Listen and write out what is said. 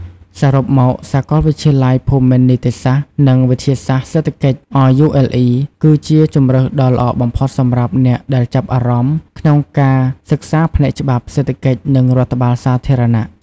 សរុបមក សាកលវិទ្យាល័យភូមិន្ទនីតិសាស្ត្រ និងវិទ្យាសាស្ត្រសេដ្ឋកិច្ច RULE គឺជាជម្រើសដ៏ល្អបំផុតសម្រាប់អ្នកដែលចាប់អារម្មណ៍ក្នុងការសិក្សាផ្នែកច្បាប់ សេដ្ឋកិច្ច និងរដ្ឋបាលសាធារណៈ។